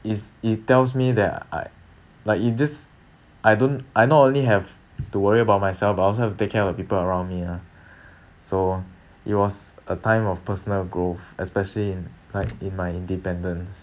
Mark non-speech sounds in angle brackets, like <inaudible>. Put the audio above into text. is it tells me that I like it just I don't I not only have to worry about myself but also have to take care of the people around me ah <breath> so it was a time of personal growth especially in like in my independence <breath>